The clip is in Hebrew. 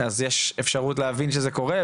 אז יש אפשרות להבין שזה קורה,